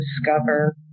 discover